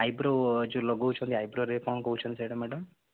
eyebrow ଯେଉଁ ଲଗାଉଛନ୍ତି ଆଇବ୍ରୋରେ କ'ଣ କହୁଛନ୍ତି ସେଇଟା ମ୍ୟାଡ଼ମ୍